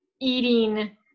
eating